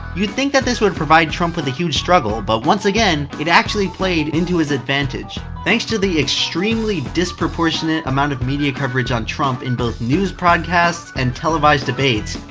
you'd think that this would provide trump with a huge struggle, but once again, it actually played into his advantage. thanks to the extremely disproportionate amount of media coverage on trump, in both news broadcasts and televised debates,